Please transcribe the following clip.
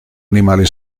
animali